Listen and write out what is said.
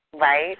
Right